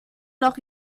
noch